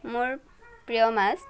মোৰ প্ৰিয় মাছ